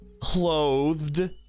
clothed